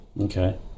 Okay